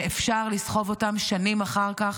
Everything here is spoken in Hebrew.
שאפשר לסחוב אותן שנים אחר כך,